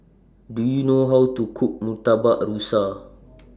Do YOU know How to Cook Murtabak Rusa